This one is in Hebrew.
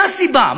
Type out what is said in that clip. מה הסיבה?